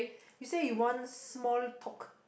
you say you want small talk